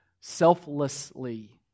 selflessly